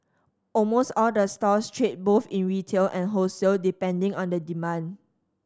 almost all the stores trade both in retail and wholesale depending on the demand